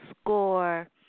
score